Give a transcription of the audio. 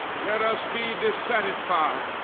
let us be dissatisfied